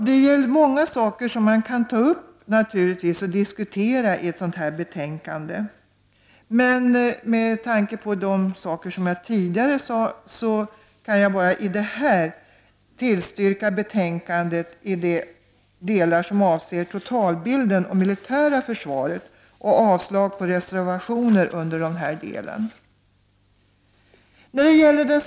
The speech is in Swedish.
Det finns många saker som man kan ta upp och diskutera i ett sådant här betänkande, men med tanke på det jag tidigare sade vill jag bara nu tillstyrka hemställan i betänkandet i de delar som avser totalbild och militärt försvar och yrka avslag på reservationen under denna del.